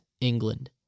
England